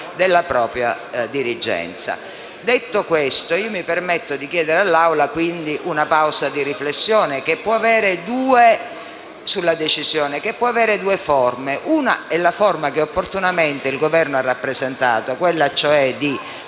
Detto questo, mi permetto di chiedere all'Aula una pausa di riflessione sulla decisione, che potrà avere due forme. La prima è quella che opportunamente il Governo ha rappresentato: quella di